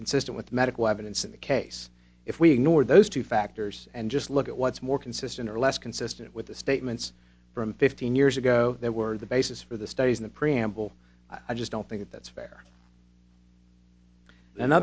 consistent with medical evidence in the case if we ignore those two factors and just look at what's more consistent or less consistent with the statements from fifteen years ago they were the basis for the study in the preamble i just don't think that's fair